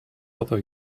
bother